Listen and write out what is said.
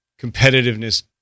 competitiveness